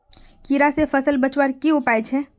कीड़ा से फसल बचवार की उपाय छे?